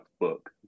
book